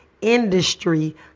industry